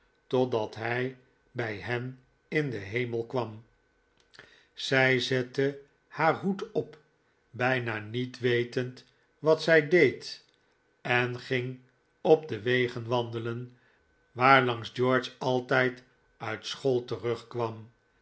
totdat hij bij hen in den hemel kwam zij zette haar hoed op bijna niet wetend wat zij deed en ging op de wegen wandelen waarlangs george altijd uit school terugkwam